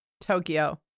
Tokyo